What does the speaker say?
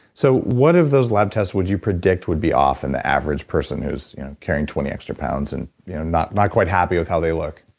so, what of those lab tests would you predict would be off in the average person who's carrying twenty extra pounds and you know not not quite happy with how they look?